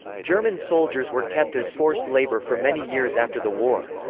german soldiers were kept as forced labour for many years after the war.